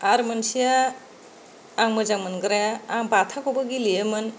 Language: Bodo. आरो मोनसेया आं मोजां मोनग्राया आं बाथाखौबो गेलेयोमोन